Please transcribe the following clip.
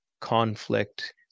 conflict